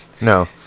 No